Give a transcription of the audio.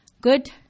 good